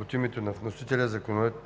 От името на вносителя